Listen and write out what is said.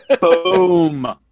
Boom